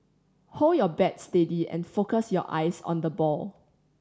hold your bat steady and focus your eyes on the ball